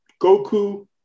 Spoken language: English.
Goku